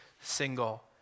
single